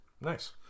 Nice